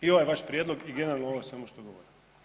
I ovaj vaš prijedlog i generalno ovo samo što govorim.